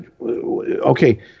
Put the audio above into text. Okay